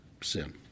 sin